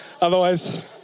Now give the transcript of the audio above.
Otherwise